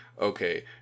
okay